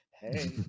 Hey